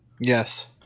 Yes